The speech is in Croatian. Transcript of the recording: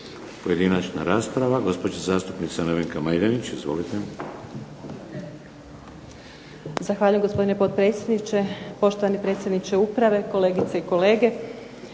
Pojedinačna rasprava, gospođa zastupnica Nevenka Majdenić. Izvolite. **Majdenić, Nevenka (HDZ)** Zahvaljujem gospodine potpredsjedniče, poštovani predsjedniče uprave, kolegice i kolege.